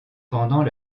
pendant